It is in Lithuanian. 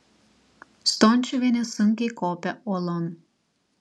stončiuvienė sunkiai kopė uolon